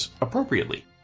appropriately